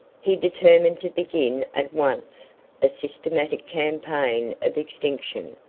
he determined to begin at once a systematic campaign of extinction.